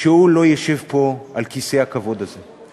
שהוא לא ישב פה על כיסא הכבוד הזה.